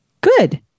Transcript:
Good